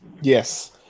yes